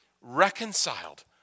reconciled